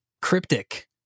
cryptic